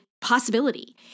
possibility